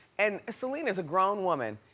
and celine is a grown woman.